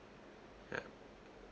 yup